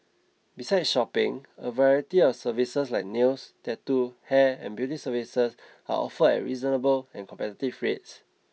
besides shopping a variety of services like nails tattoo hair and beauty services are offered at reasonable and competitive price